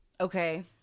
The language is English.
Okay